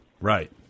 right